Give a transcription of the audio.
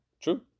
true